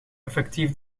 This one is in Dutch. effectief